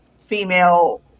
female